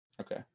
Okay